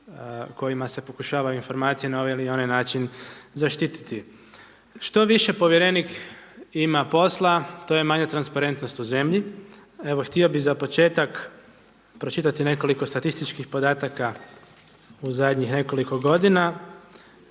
kojima se pokušavaju informacije na ovaj ili onaj način zaštititi. Što više povjerenik ima posla, to je manja transparentnost u zemlji. Evo, htio bih za početak pročitati nekoliko statističkih podataka u zadnjih nekoliko godina.